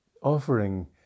offering